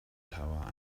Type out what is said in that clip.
tower